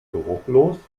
geruchlos